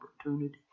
opportunity